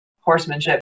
horsemanship